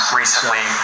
recently